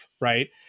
right